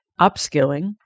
upskilling